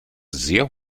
sehr